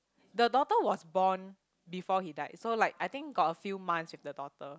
the daughter was born before he die so like I think got a few months with the daughter